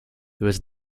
was